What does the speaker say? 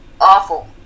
awful